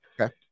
Okay